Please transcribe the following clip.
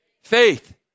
Faith